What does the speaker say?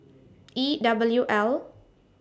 E W L